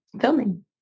Filming